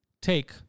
take